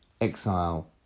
exile